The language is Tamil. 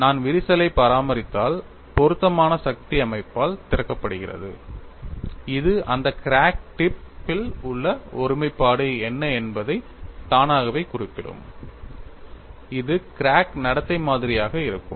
எனவே நான் விரிசலை பராமரித்தால் பொருத்தமான சக்தி அமைப்பால் திறக்கப்படுகிறது இது இந்த கிராக் டிப்பில் உள்ள ஒருமைப்பாடு என்ன என்பதை தானாகவே குறிப்பிடும் இது கிராக் நடத்தை மாதிரியாக இருக்கும்